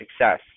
success